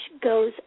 goes